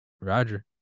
roger